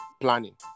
planning